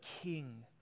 king